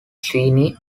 sweeney